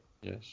Yes